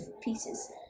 pieces